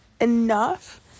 enough